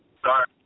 start